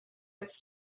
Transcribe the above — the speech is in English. its